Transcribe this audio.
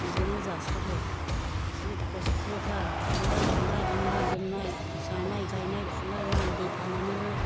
बेजोंनो जासाबो जि खस्थ' थार दानाय लुनाय गाननाय जोमनाय जानाय गायनाय फुनाय माइ दै फाननानैबो